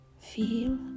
feel